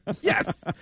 Yes